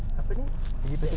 guess again